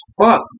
fuck